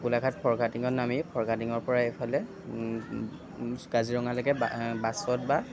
গোলাঘাট ফৰকাটিঙত নামি ফৰকাটিঙৰ পৰা এইফালে কাজিৰঙালৈকে বাছত বা